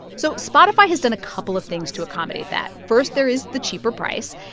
so spotify has done a couple of things to accommodate that. first, there is the cheaper price.